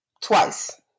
Twice